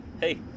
hey